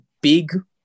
big